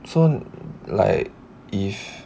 so like if